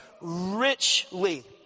richly